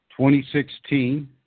2016